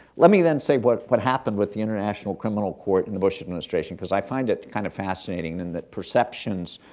let me then say what what happened with the international criminal court in the bush administration, because i find it kind of fascinating, in that perceptions,